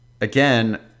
Again